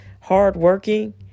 hardworking